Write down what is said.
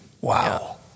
Wow